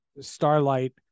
Starlight